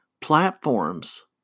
platforms